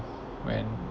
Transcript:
when